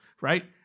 right